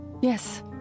Yes